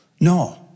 No